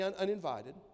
uninvited